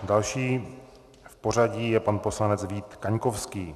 Další v pořadí je pan poslanec Vít Kaňkovský.